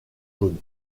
jaunes